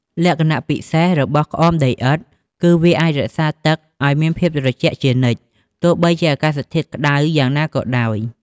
លក្ខណៈពិសេសរបស់ក្អមដីឥដ្ឋ គឺវាអាចរក្សាទឹកឲ្យមានភាពត្រជាក់ជានិច្ច ទោះបីជាអាកាសធាតុក្តៅយ៉ាងណាក៏ដោយ។